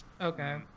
Okay